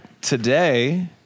today